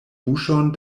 buŝon